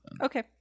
Okay